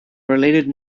related